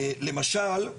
למשל,